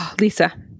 Lisa